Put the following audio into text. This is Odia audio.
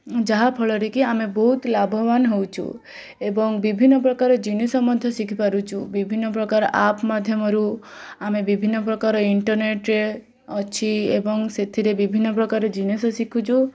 ଯାହା ଫଳରେକି ଆମେ ବହୁତ ଲାଭବାନ ହେଉଛୁ ଏବଂ ବିଭିନ୍ନପ୍ରକାର ଜିନିଷ ମଧ୍ୟ ଶିଖିପାରୁଛୁ ବିଭିନ୍ନପ୍ରକାର ଆପ୍ ମଧ୍ୟମରୁ ଆମେ ବିଭିନ୍ନପ୍ରକାର ଇଣ୍ଟର୍ନେଟ୍ରେ ଅଛି ଏବଂ ସେଥିରେ ବିଭିନ୍ନପ୍ରକାର ଜିନିଷ ଶିଖୁଛୁ